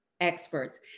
experts